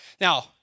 Now